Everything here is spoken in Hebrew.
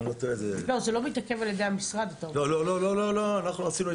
לא, זה לא מתעכב על-ידי המשרד, אתה אומר.